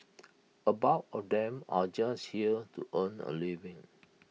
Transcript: A bulk of them are just here to earn A living